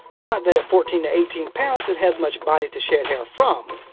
not that at fourteen eighteen pounds it has much body to shed hair from.